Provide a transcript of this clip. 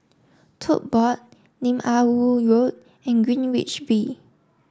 Tote Board Lim Ah Woo Road and Greenwich V